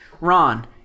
Ron